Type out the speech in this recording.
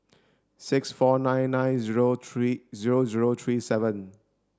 six four nine nine zero three zero zero three seven